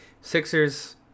Sixers